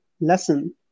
lesson